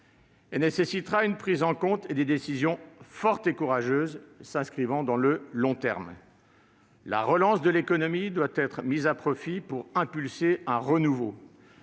et nécessitera une prise en compte et des décisions fortes et courageuses s'inscrivant dans le long terme. La relance de l'économie doit être mise à profit pour insuffler un renouveau,